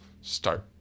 start